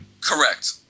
Correct